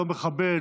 לא מכבד,